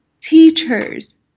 teachers